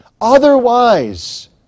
Otherwise